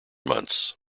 months